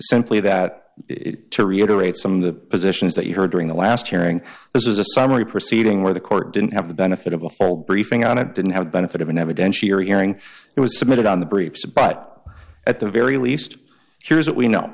simply that it to reiterate some of the positions that you heard during the last hearing this is a summary proceeding where the court didn't have the benefit of a full briefing on it didn't have the benefit of an evidentiary hearing it was submitted on the briefs but at the very least here's what we know